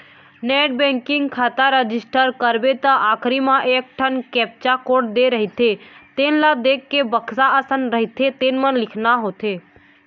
net banking खाता register करबे त आखरी म एकठन कैप्चा कोड दे रहिथे तेन ल देखके बक्सा असन रहिथे तेन म लिखना होथे